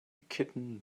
kitten